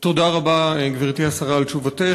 תודה רבה, גברתי השרה, על תשובתך.